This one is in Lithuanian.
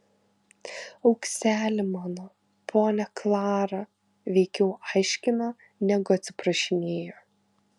aukseli mano ponia klara veikiau aiškino negu atsiprašinėjo